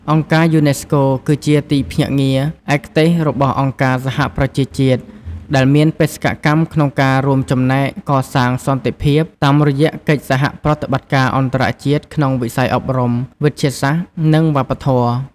អង្គការយូណេស្កូ គឺជាទីភ្នាក់ងារឯកទេសរបស់អង្គការសហប្រជាជាតិ ដែលមានបេសកកម្មក្នុងការរួមចំណែកកសាងសន្តិភាពតាមរយៈកិច្ចសហប្រតិបត្តិការអន្តរជាតិក្នុងវិស័យ អប់រំ វិទ្យាសាស្ត្រ និងវប្បធម៌។